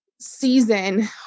season